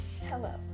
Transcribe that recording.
Hello